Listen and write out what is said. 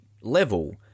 level